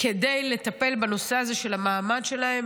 כדי לטפל בנושא הזה של המעמד שלהם,